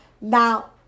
now